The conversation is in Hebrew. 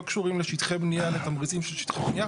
לא קשורים לשטחי בנייה, לתמריצים של שטחי בנייה.